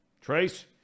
Trace